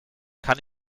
kann